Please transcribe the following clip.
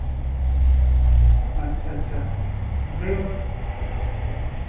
ᱟᱪᱪᱷᱟ ᱟᱪᱪᱷᱟ ᱞᱟᱹᱭᱢᱮ ᱢᱟ